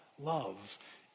love